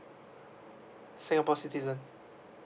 singapore citizen